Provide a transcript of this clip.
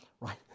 right